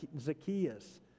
Zacchaeus